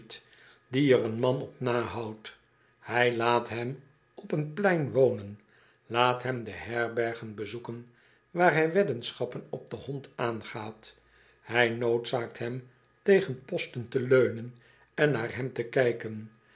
die er een man op nahoudt hij laat hem op een plein wonen laat hem de herbergen bezoeken waar hij weddenschappen op den hond aangaat hij noodzaakt hem tegen posten te leunen en naar hem te kijken